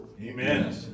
Amen